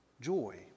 joy